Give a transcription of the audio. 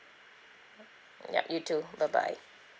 yup you too bye bye